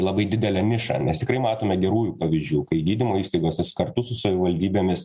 labai didelę nišą nes tikrai matome gerųjų pavyzdžių kai gydymo įstaigos kartus savivaldybėmis